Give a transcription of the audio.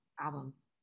Albums